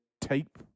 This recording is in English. tape